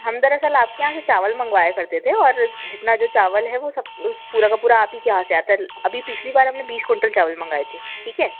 हम दरअसल आपके यहाँ से चावल मंगवाया करते थे और जितना जो चावल है वो सब उस पूरा का पूरा आप ही के यहाँ से आता है अभी पिछली बार हमने बीस क्विंटल चावल मंगाए थे ठीक है